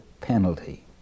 penalty